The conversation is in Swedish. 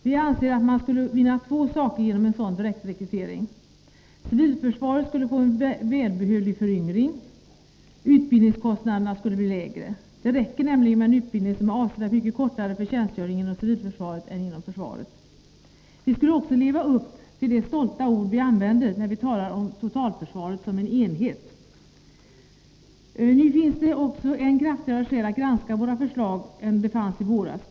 Vi anser att man skulle vinna två saker genom en sådan direktrekrytering: Civilförsvaret skulle få en välbehövlig föryngring, och utbildningskostnaderna skulle bli lägre — det räcker nämligen med en utbildning som är avsevärt mycket kortare för tjänstgöring inom civilförsvaret än inom försvaret. Vi skulle också leva upp till de stolta ord vi använder, när vi talar om totalförsvaret som en enhet. Nu finns det också än kraftigare skäl att granska vårt förslag än det fanns i våras.